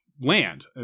land